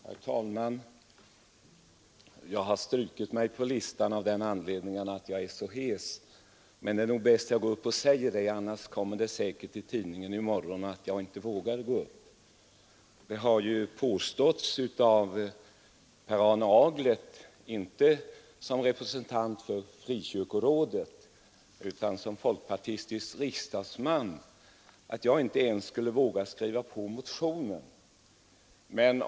Herr talman! Jag har strukit mig på listan av den anledningen att jag är så hes, men det är nog bäst att jag går upp och säger detta, annars kommer det säkert i tidningen i morgon att jag inte vågar gå upp. Det har påståtts av Per Arne Aglert — inte som representant för Frikyrkorådet utan som folkpartistisk riksdagsman — att jag inte ens skulle våga skriva på motionen.